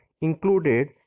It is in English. included